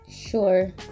Sure